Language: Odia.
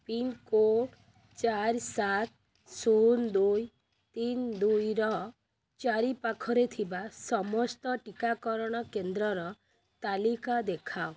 ପିନ୍କୋଡ଼୍ ଚାରି ସାତ ଶୂନ ଦୁଇ ତିନି ଦୁଇର ଚାରିପାଖରେ ଥିବା ସମସ୍ତ ଟିକାକରଣ କେନ୍ଦ୍ରର ତାଲିକା ଦେଖାଅ